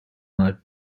mud